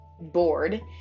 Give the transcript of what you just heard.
bored